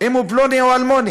אם הוא פלוני או אלמוני?